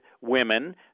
women